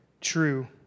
true